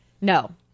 No